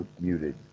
muted